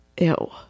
ew